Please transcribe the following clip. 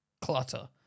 clutter